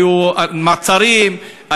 היו מעצרים,